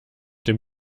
dem